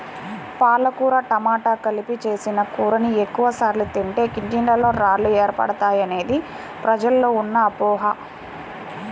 పాలకూర టమాట కలిపి చేసిన కూరని ఎక్కువ సార్లు తింటే కిడ్నీలలో రాళ్లు ఏర్పడతాయనేది ప్రజల్లో ఉన్న అపోహ